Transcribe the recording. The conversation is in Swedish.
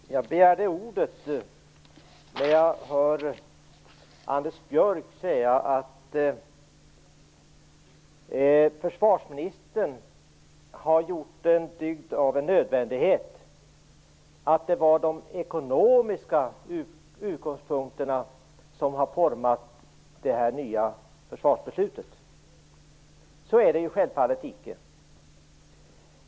Fru talman! Jag begärde ordet när jag hörde Anders Björck säga att försvarsministern har gjort en dygd av en nödvändighet och att det var de ekonomiska utgångspunkterna som har format det nya försvarsbeslutet. Så är det självfallet icke.